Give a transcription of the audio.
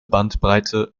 bandbreite